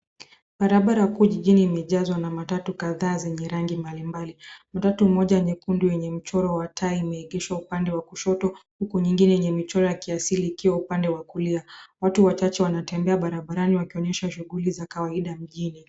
Barabara kuu jijini limejazwa na matatu kadhaa zenye rangi mbali mbali. Matatu mmoja nyekundu yenye mchoro wa taa imeingeshwa upande wa kushoto huku nyingine yenye imechorwa ya kiasiri ikiwa upande wa kulia. Watu wachache wanatembea barabarni wakionyesha shughuli za kawaida mjini.